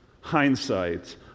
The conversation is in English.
hindsight